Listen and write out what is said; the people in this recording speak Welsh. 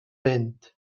mynd